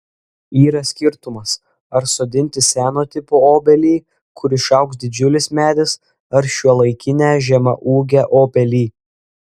yra skirtumas ar sodinti seno tipo obelį kur išaugs didžiulis medis ar šiuolaikinę žemaūgę obelį